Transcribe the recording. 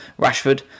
Rashford